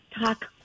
talk